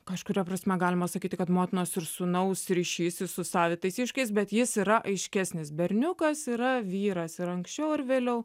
kažkuria prasme galima sakyti kad motinos ir sūnaus ryšys su savitais iškiais bet jis yra aiškesnis berniukas yra vyras ir anksčiau ar vėliau